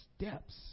steps